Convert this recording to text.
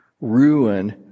ruin